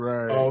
Right